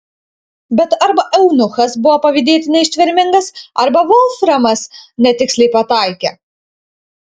bet arba eunuchas buvo pavydėtinai ištvermingas arba volframas netiksliai pataikė